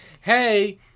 hey